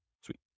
Sweet